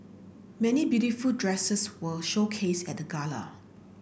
many beautiful dresses were showcased at the gala